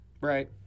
right